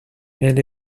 elle